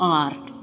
art